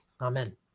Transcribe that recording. Amen